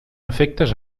afectes